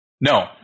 No